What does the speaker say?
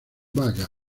vaga